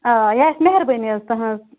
آ یہِ آسہِ مہربٲنی حظ تُہٕنٛز